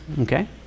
okay